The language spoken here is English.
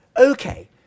Okay